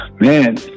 Man